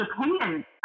opinion